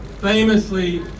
famously